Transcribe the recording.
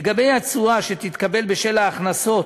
לגבי התשואה שתתקבל בשל ההכנסות